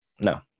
No